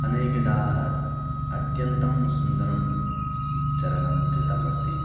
अनेकदाः अत्यन्तं सुन्दरं चरणं कृतम् अस्ति